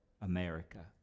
America